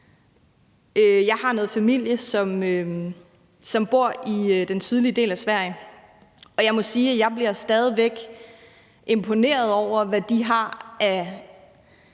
Jeg har noget familie, som bor i den sydlige del af Sverige, og jeg må sige, at jeg bliver stadig væk imponeret over, hvad de har af